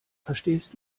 verstehst